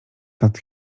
nad